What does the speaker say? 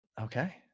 Okay